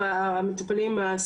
להגיש בקשות לוועדה,